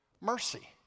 Mercy